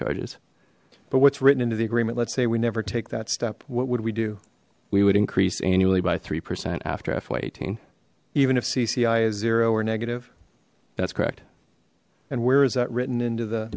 charges but what's written into the agreement let's say we never take that step what would we do we would increase annually by three percent after fy eighteen even if cci is zero or negative that's correct and where is that written into the